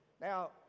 Now